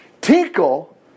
Tinkle